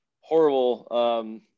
horrible